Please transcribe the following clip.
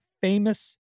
famous